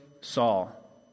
Saul